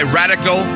radical